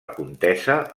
contesa